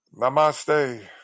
Namaste